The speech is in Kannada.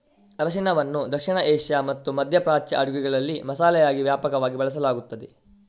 ಅರಿಶಿನವನ್ನು ದಕ್ಷಿಣ ಏಷ್ಯಾ ಮತ್ತು ಮಧ್ಯ ಪ್ರಾಚ್ಯ ಅಡುಗೆಗಳಲ್ಲಿ ಮಸಾಲೆಯಾಗಿ ವ್ಯಾಪಕವಾಗಿ ಬಳಸಲಾಗುತ್ತದೆ